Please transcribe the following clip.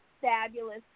fabulous